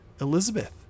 Elizabeth